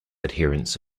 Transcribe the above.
adherents